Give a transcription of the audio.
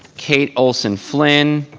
kate olson-flynn.